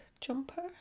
jumper